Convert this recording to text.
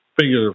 figure